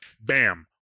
bam